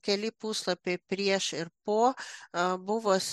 keli puslapiai prieš ir po buvos